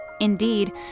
Indeed